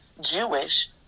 Jewish